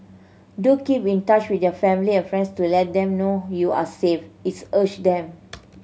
do keep in touch with your family and friends to let them know you are safe its urged them